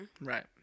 Right